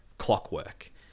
clockwork